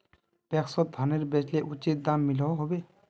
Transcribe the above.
पैक्सोत धानेर बेचले उचित दाम मिलोहो होबे?